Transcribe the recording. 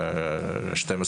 להגיד לה את השם,